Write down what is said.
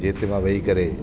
जिते मां वेही करे